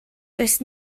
does